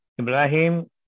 Abraham